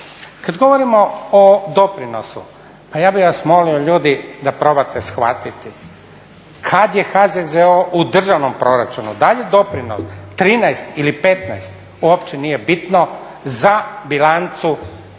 Kad govorimo o doprinosu, pa ja bih vas molio ljudi da probate shvatiti kad je HZZO u državnom proračunu, da li je doprinos 13 ili 15, uopće nije bitno, za bilancu